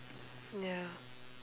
ya